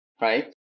right